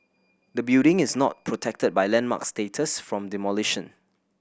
the building is not protected by landmark status from demolition